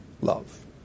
love